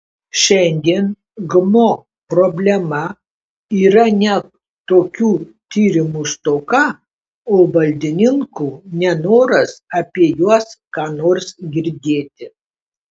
šiandien gmo problema yra ne tokių tyrimų stoka o valdininkų nenoras apie juos ką nors girdėti